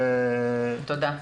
תודה.